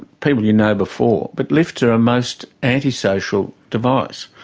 people you know before but lifts are a most anti-social device.